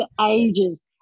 ages